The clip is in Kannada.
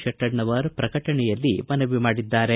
ಶೆಟ್ಟಣ್ಣನವರ್ ಪ್ರಕಟಣೆಯಲ್ಲಿ ಮನವಿ ಮಾಡಿದ್ದಾರೆ